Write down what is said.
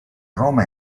roma